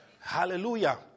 Hallelujah